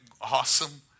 awesome